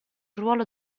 ruolo